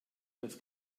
das